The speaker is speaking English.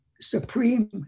Supreme